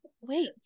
Wait